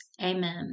Amen